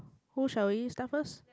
who shall we start first